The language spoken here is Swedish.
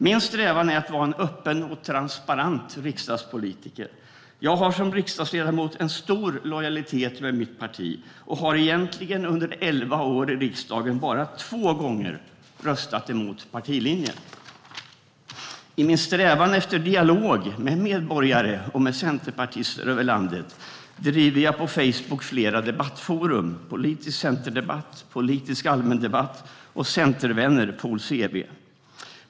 Min strävan är att vara en öppen och transparent riksdagspolitiker. Jag har som riksdagsledamot en stor lojalitet med mitt parti och har under elva år i riksdagen bara två gånger röstat emot partilinjen. I min strävan efter dialog med medborgare och med centerpartister över landet driver jag på Facebook flera debattforum: Politisk Centerdebatt, Politisk Allmändebatt och Centervänner Pol CV.